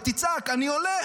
ותצעק: אני הולך,